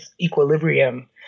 equilibrium